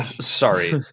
Sorry